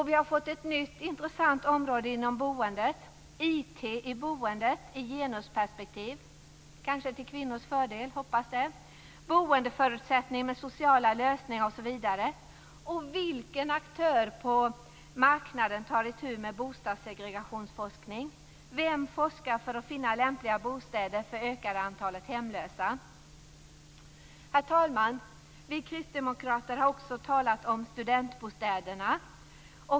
Vi har fått ett nytt inressant område inom boendet, IT i boendet i genusperspektiv - jag hoppas att det är till kvinnors fördel - boendeförutsättningar med sociala lösningar osv. Vilken aktör på marknaden tar itu med forskning kring bostadssegregation? Vem forskar för att finna lämpliga bostäder för det ökade antalet hemlösa? Herr talman! Vi kristdemokrater har också talat om studentbostäderna.